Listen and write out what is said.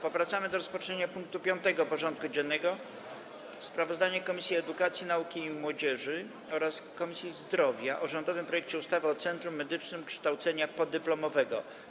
Powracamy do rozpatrzenia punktu 5. porządku dziennego: Sprawozdanie Komisji Edukacji, Nauki i Młodzieży oraz Komisji Zdrowia o rządowym projekcie ustawy o Centrum Medycznym Kształcenia Podyplomowego.